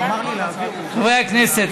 חברי הכנסת,